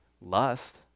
lust